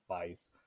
advice